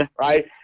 right